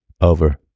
over